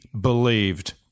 believed